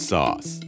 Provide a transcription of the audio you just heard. Sauce